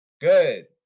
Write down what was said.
good